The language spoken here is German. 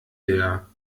der